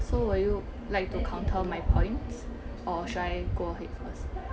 so would you like to counter my points or should I go ahead first